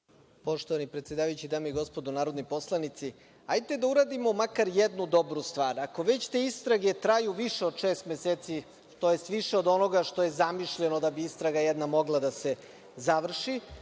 Poštovani predsedavajući, dame i gospodo narodni poslanici, hajde da uradimo makar jednu dobru stvar. Ako već te istrage traju više od šest meseci tj. više od onoga što je zamišljeno da bi istraga jedna mogla da se završi,